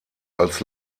als